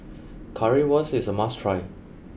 Currywurst is a must try